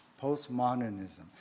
Postmodernism